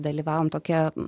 dalyvavome tokiame